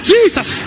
Jesus